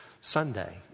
Sunday